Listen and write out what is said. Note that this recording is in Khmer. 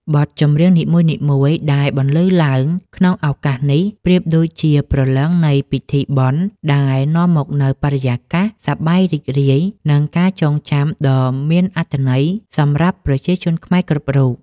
បទចម្រៀងនីមួយៗដែលបន្លឺឡើងក្នុងឱកាសនេះ ប្រៀបដូចជាព្រលឹងនៃពិធីបុណ្យ ដែលនាំមកនូវបរិយាកាសសប្បាយរីករាយ និងការចងចាំដ៏មានអត្ថន័យសម្រាប់ប្រជាជនខ្មែរគ្រប់រូប។